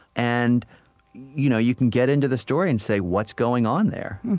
and you know you can get into the story and say, what's going on there?